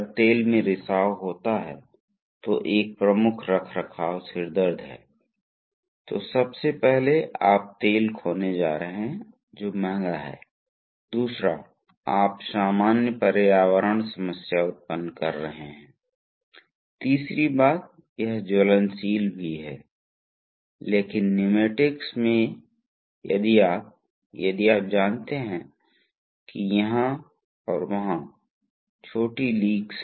ये वे वाल्व होते हैं जो इस प्रकार बने होते हैं कि इनका प्रवाह दबाव की भिन्नता के बावजूद इनलेट पर दबाव भिन्नता के बावजूद आउटलेट के माध्यम से प्रवाह निरंतर हो रहा है और इसे इसके द्वारा समायोजित किया जा सकता है प्रवाह की विभिन्न सेटिंग्स हो सकती हैं और कोई उस सेटिंग को समायोजित कर सकता है इसलिए यह कैसे प्राप्त किया जाता है